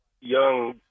young